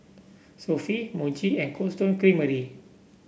Sofy Muji and Cold Stone Creamery